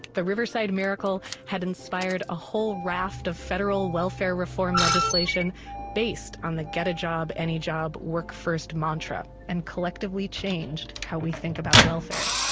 the riverside miracle had inspired a whole raft of federal welfare reform legislation based on the get a job, any job work-first mantra and collectively changed how we think about welfare